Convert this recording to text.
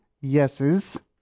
yeses